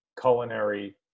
culinary